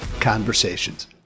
conversations